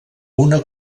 una